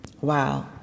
Wow